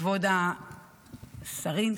כבוד השרים,